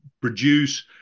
produce